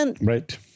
Right